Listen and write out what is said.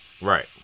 Right